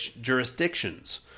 jurisdictions